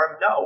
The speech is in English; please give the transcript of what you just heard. No